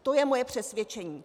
To je moje přesvědčení.